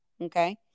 Okay